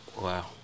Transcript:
Wow